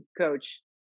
coach